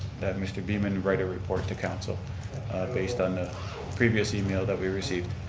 that mr. beaman write a report to council based on previous email that we received.